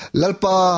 lalpa